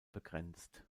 begrenzt